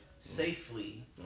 safely